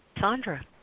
Sandra